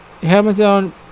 Hamilton